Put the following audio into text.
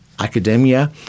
academia